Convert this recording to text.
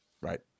Right